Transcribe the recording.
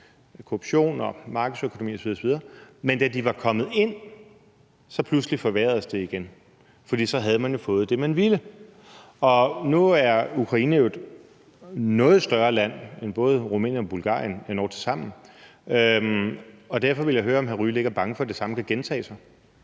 korruption, markedsøkonomi osv. osv. Men da de var kommet ind, forværredes det pludselig igen, for så havde man jo fået det, man ville. Nu er Ukraine et noget større land end både Rumænien og Bulgarien, endog tilsammen. Og derfor vil jeg høre, om hr. Alexander Ryle ikke er bange for, at det samme kan gentage sig?